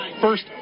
first